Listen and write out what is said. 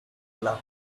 luck